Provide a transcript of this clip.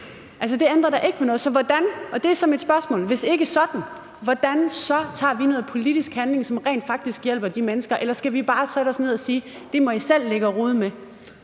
og det er så mit spørgsmål – hvordan tager vi så noget politisk handling, som rent faktisk hjælper de mennesker? Eller skal vi bare sætte os ned og sige, at det må I selv ligge og rode med?